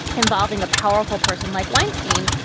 involving a powerful person like weinstein,